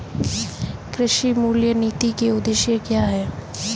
कृषि मूल्य नीति के उद्देश्य क्या है?